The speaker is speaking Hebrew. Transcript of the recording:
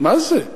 מה זה?